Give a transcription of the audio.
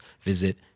visit